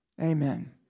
amen